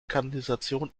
kanalisation